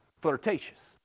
flirtatious